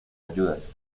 ayudas